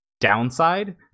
downside